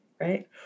Right